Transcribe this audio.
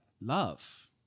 love